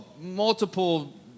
multiple